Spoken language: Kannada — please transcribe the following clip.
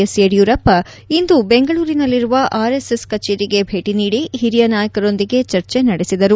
ಎಸ್ ಯಡಿಯೂರಪ್ಪ ಇಂದು ಬೆಂಗಳೂರಿನಲ್ಲಿರುವ ಆರ್ ಎಸ್ ಎಸ್ ಕಚೇರಿಗೆ ಭೇಟಿ ನೀಡಿ ಹಿರಿಯ ನಾಯಕರೊಂದಿಗೆ ಚರ್ಚೆ ನಡೆಸಿದರು